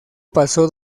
pasó